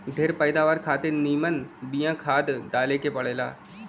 ढेर पैदावार खातिर निमन बिया खाद डाले के पड़ेला